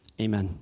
amen